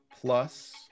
plus